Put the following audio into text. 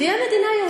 תהיה מדינה יהודית.